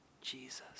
Jesus